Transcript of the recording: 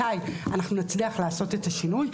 מתי אנחנו נצליח לעשות את השינוי.